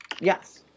Yes